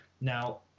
Now